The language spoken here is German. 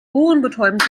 ohrenbetäubend